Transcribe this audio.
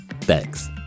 Thanks